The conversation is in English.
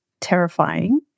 terrifying